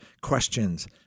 questions